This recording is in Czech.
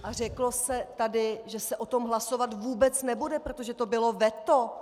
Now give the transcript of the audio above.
A řeklo se tady, že se o tom hlasovat vůbec nebude, protože to bylo veto.